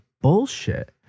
bullshit